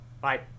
bye